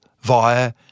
via